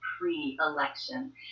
pre-election